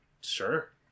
Sure